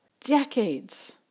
decades